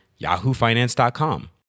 yahoofinance.com